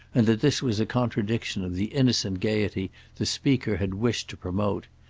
and that this was a contradiction of the innocent gaiety the speaker had wished to promote.